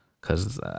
cause